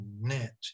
net